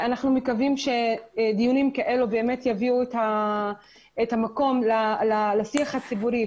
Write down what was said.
אנחנו מקווים שדיונים כאלו באמת יביאו את המקום לשיח הציבורי,